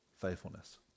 faithfulness